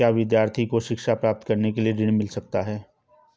क्या विद्यार्थी को शिक्षा प्राप्त करने के लिए ऋण मिल सकता है?